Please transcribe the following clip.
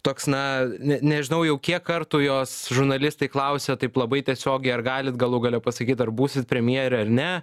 toks na ne nežinau jau kiek kartų jos žurnalistai klausė taip labai tiesiogiai ar galit galų gale pasakyt ar būsit premjerė ar ne